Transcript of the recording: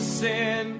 sin